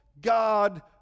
God